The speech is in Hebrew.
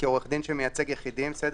כעורך דין שמייצג יחידים לוקח לי היום סדר